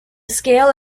scale